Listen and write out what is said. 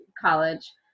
college